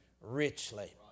richly